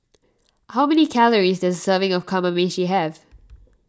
how many calories does a serving of Kamameshi have